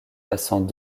passant